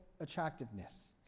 attractiveness